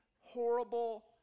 horrible